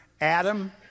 Adam